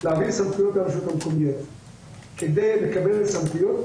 לרשויות המקומיות כדי לקבל את הסמכויות,